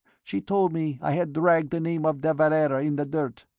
she told me i had dragged the name of de valera in the dirt.